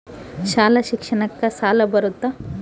ಶಾಲಾ ಶಿಕ್ಷಣಕ್ಕ ಸಾಲ ಬರುತ್ತಾ?